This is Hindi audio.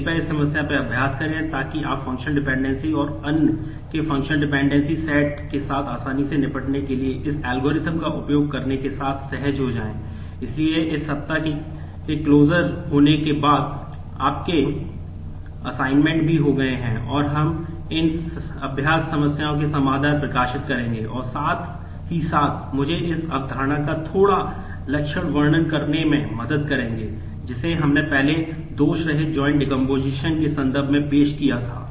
तो कृपया इस समस्या पर अभ्यास करें ताकि आप फंक्शनल डिपेंडेंसीस के संदर्भ में पेश किया था